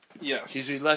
Yes